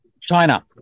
China